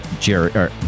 Jerry